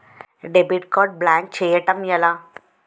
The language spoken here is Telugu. డెబిట్ కార్డ్ బ్లాక్ చేయటం ఎలా?